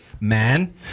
man